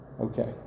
Okay